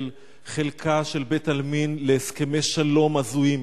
חלקה של בית-עלמין להסכמי שלום הזויים.